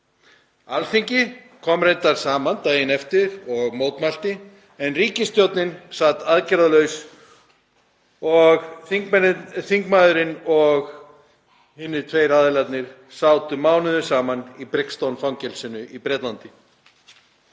Alþingi kom reyndar saman daginn eftir og mótmælti en ríkisstjórnin sat aðgerðalaus og þingmaðurinn og hinir tveir aðilarnir sátu mánuðum saman í Brixton-fangelsinu í Bretlandi.